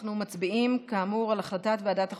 אנחנו מצביעים כאמור על החלטת ועדת החוקה,